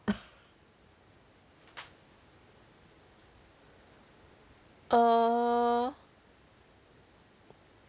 err